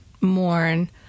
mourn